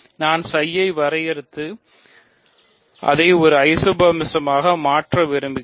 நான் ψ ஐ வரையறுத்து அதை ஒரு ஐசோமார்பிஸமாக மாற்ற விரும்புகிறேன்